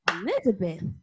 Elizabeth